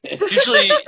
Usually